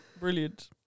Brilliant